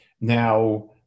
Now